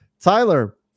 Tyler